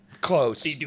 Close